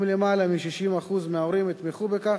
אם למעלה מ-60% מההורים יתמכו בכך,